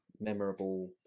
memorable